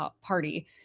party